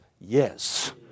yes